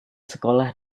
sekolah